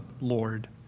Lord